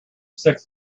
six